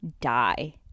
die